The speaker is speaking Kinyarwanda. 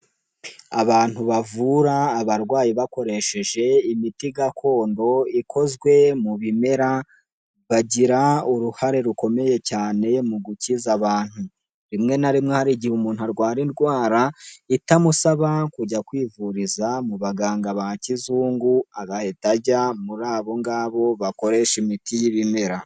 abantu bavura abarwayi bakoresheje imiti gakondo ikozwe mu bimera, bagira uruhare rukomeye cyane mu gukiza abantu. Rimwe na rimwe hari igihe umuntu arwara indwara, itamusaba kujya kwivuriza mu baganga ba kizungu, agahita ajya muri abo ngabo bakoresha imiti y'ibimera.